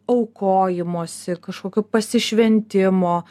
aukojimosi kažkokio pasišventimo